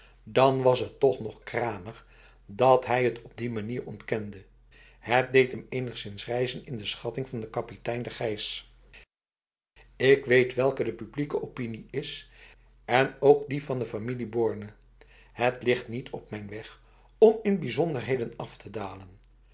dan was het toch nog kranig dat hij het op die manier ontkende het deed hem enigszins rijzen in de schatting van de kapitein de grijs ik weet welke de publieke opinie is en ook die van de familie borne het ligt niet op mijn weg om in bijzonderheden af te dalen